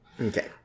Okay